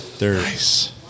Nice